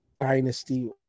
dynasty